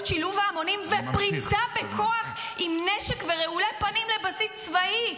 שלהוב ההמונים ופריצה בכוח עם נשק ורעולי פנים לבסיס צבאי.